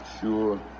sure